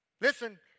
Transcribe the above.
Listen